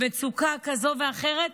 במצוקה כזאת או אחרת,